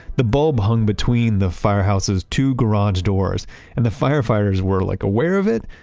the bulb hung between the firehouse's two garage doors and the firefighters were like aware of it,